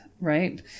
right